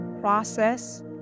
process